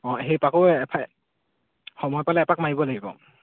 অঁ সেই পাকেও এফালে সময় পালে এপাক মাৰিব লাগিব